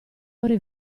ore